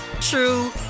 true